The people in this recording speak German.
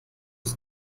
ich